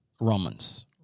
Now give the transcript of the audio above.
Romans